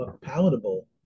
palatable